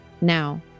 Now